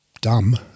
dumb